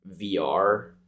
VR